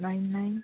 nine nine